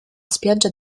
spiaggia